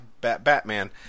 Batman